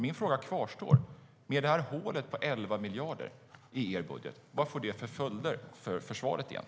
Min fråga kvarstår: Vad får egentligen hålet på 11 miljarder i er budget för följder för försvaret?